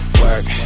work